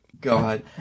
God